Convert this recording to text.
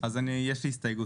אז יש לי הסתייגות.